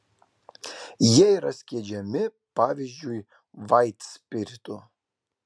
jie yra skiedžiami pavyzdžiui vaitspiritu